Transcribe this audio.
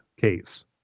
case